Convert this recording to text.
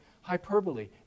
hyperbole